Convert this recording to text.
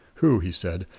who, he said,